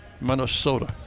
Minnesota